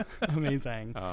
amazing